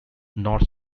north